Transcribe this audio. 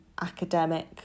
academic